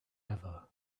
ever